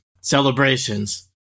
celebrations